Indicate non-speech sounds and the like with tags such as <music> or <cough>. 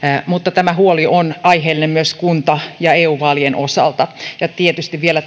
mutta tämä huoli on aiheellinen myös kunta ja eu vaalien osalta ja tietysti vielä <unintelligible>